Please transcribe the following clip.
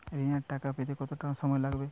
ঋণের টাকা পেতে কত সময় লাগবে?